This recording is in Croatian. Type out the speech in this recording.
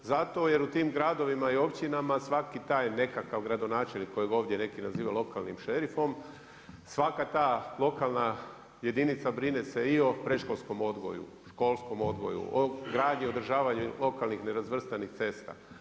Zato jer u tim gradovima i općinama svaki taj nekakvi gradonačelnik, koji ovdje neki nazivaju lokalnim šerifom, svaka ta lokalna jedinica brine se i o predškolskom odgoju, školskom odgoju, gradnji, održavanju lokalnih nerazvrstanih cesta.